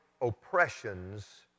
oppressions